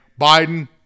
Biden